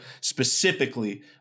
specifically